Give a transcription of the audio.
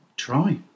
try